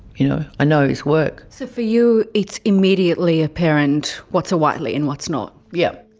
you know. i know his work. so for you it's immediately apparent what's a whiteley and what's not? yeah.